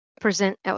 present